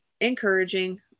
encouraging